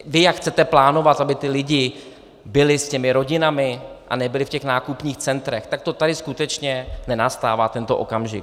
Vy jak chcete plánovat, aby ti lidé byli s těmi rodinami a nebyli v těch nákupních centrech, tak to tady skutečně nenastává, tento okamžik.